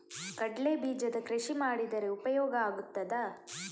ಕಡ್ಲೆ ಬೀಜದ ಕೃಷಿ ಮಾಡಿದರೆ ಉಪಯೋಗ ಆಗುತ್ತದಾ?